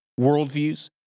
worldviews